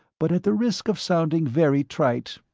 but at the risk of sounding very trite,